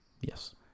yes